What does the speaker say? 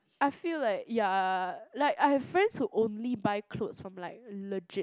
I feel like ya like I've friends who only buy clothes from like legit